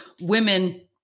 women